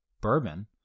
bourbon